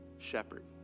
shepherd